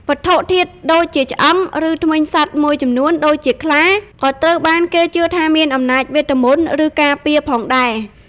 វត្ថុធាតុដូចជាឆ្អឹង ឬធ្មេញសត្វមួយចំនួន (ដូចជាខ្លា) ក៏ត្រូវបានគេជឿថាមានអំណាចវេទមន្ត ឬការពារផងដែរ។